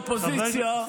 אני אחזיר אותך להצבעה.